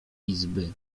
izby